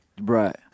Right